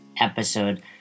episode